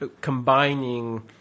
combining –